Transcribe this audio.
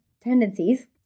tendencies